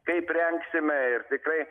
kaip rengsime ir tikrai